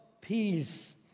peace